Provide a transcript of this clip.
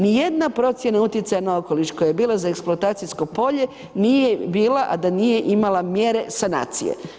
Nijedna procjena utjecaja na okoliš koja bila za eksploatacijsko polje nije bila a da nije imala mjere sanacije.